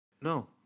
No